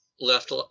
left